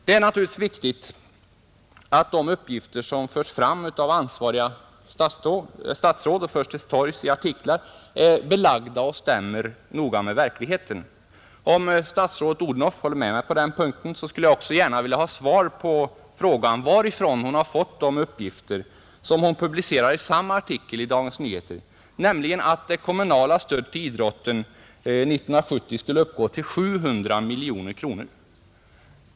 Det är naturligtvis viktigt att de uppgifter som av ansvariga statsråd förs till torgs i artiklar är belagda och noga stämmer med verkligheten. Om statsrådet Odhnoff håller med mig på den punkten, skulle jag också gärna vilja ha svar på frågan varifrån hon har fått de uppgifter som hon publicerar i samma artikel i Dagens Nyheter, nämligen att det kommunala stödet till idrotten 1970 skulle uppgå till 700 miljoner kronor.